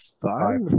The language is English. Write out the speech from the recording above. Five